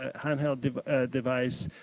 ah handheld device,